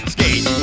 Skate